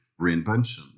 reinvention